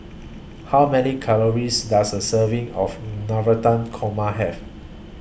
How Many Calories Does A Serving of Navratan Korma Have